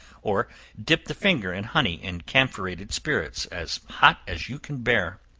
or dip the finger in honey and camphorated spirits, as hot as you can bear.